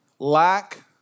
Lack